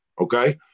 okay